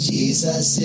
Jesus